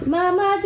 Mama